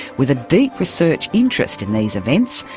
with a deep research interest in these events,